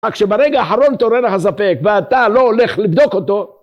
רק שברגע האחרון התעורר לך ספק, ואתה לא הולך לבדוק אותו.